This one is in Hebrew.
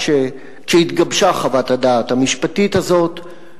כשהתגבשה חוות-הדעת המשפטית הזאת,